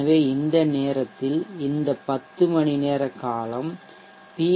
எனவே இந்த நேரத்தில் இந்த 10 மணி நேர காலம் பி